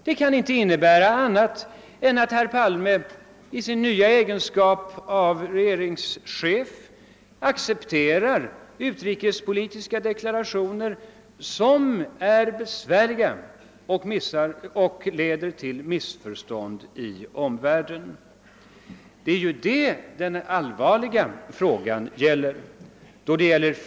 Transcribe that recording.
Det kan inte innebära någonting annat än att herr Palme i sin nya egenskap av regeringschef accepterar utrikespolitiska deklarationer som är besvärliga och leder till missförstånd i omvärlden. Det är detta den allvarliga frågan gäller.